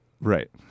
Right